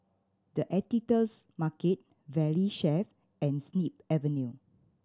The Editor's Market Valley Chef and Snip Avenue